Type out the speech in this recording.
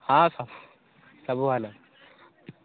ହଁ ସବୁ ଭଲ